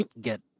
get